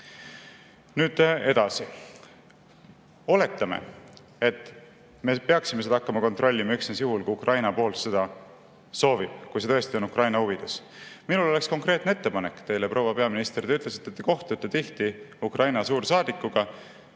Nüüd edasi. Oletame, et me peaksime seda hakkama kontrollima üksnes juhul, kui Ukraina pool seda soovib, kui see tõesti on Ukraina huvides. Minul oleks konkreetne ettepanek teile, proua peaminister. Te ütlesite, et te kohtute tihti Ukraina suursaadikuga.